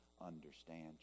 understand